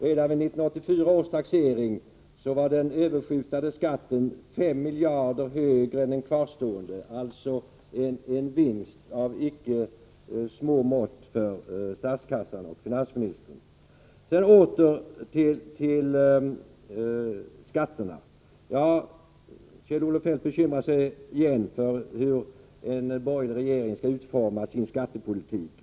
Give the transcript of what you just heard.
Redan vid 1984 års taxering var den överskjutandeskatten 5 miljarder högre än den kvarstående. Detta ger en vinst av icke små mått för statskassan och finansministern. Sedan åter till skatterna. Kjell-Olof Feldt bekymrade sig återigen för hur en borgerlig regering skall utforma sin skattepolitik.